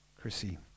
Chrissy